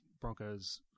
Broncos